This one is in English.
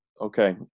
okay